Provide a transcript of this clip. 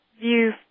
view